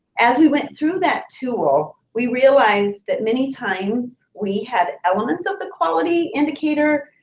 as we went through that tool, we realized that many times we had elements of the quality indicator,